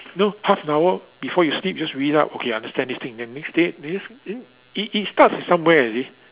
if no half an hour before you sleep just read up okay understand this thing then next day next then it it starts at somewhere you see